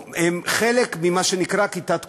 הם חלק ממה שנקרא כיתת כוננות.